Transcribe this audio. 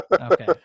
Okay